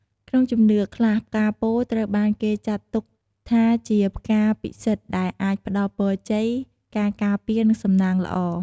ក្នុងជំនឿខ្លះ ផ្កាពោធិ៍ត្រូវបានគេចាត់ទុកថាជាផ្កាពិសិដ្ឋដែលអាចផ្តល់ ពរជ័យ ការការពារ និងសំណាងល្អ។